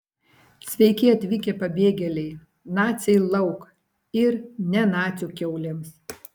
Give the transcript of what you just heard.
sveiki atvykę pabėgėliai naciai lauk ir ne nacių kiaulėms